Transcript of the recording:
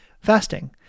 Fasting